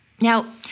Now